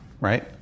right